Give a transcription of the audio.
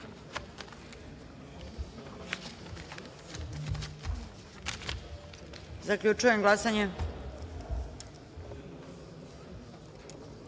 DS.Zaključujem glasanje: